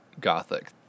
gothic